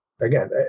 again